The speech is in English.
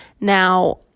now